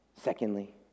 Secondly